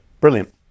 Brilliant